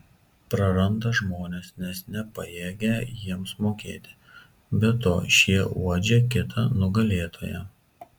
praranda žmones nes nepajėgia jiems mokėti be to šie uodžia kitą nugalėtoją